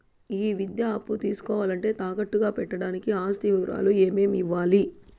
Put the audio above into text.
ఈ విద్యా అప్పు తీసుకోవాలంటే తాకట్టు గా పెట్టడానికి ఆస్తి వివరాలు ఏమేమి ఇవ్వాలి?